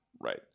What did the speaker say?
right